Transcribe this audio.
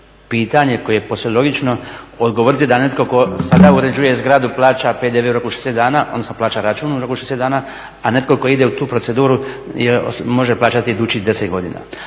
pitanje, koje je posve logično, odgovoriti da netko tko sada uređuje zgradu plaća PDV u roku od 60 dana, odnosno plaća račun u roku 60 dana, a netko tko ide u tu proceduru može plaćati idućih 10 godina.